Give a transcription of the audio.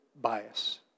bias